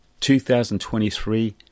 2023